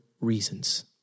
reasons